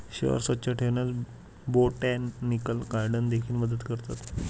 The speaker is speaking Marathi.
शहर स्वच्छ ठेवण्यास बोटॅनिकल गार्डन देखील मदत करतात